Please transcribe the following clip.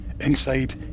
Inside